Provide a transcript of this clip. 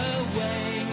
away